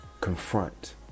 confront